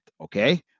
Okay